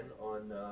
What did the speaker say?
on